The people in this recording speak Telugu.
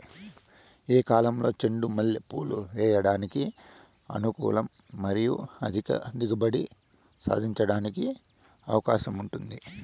ఏ కాలంలో చెండు మల్లె పూలు వేయడానికి అనుకూలం మరియు అధిక దిగుబడి సాధించడానికి అవకాశం ఉంది?